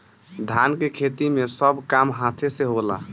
धान के खेती मे सब काम हाथे से होला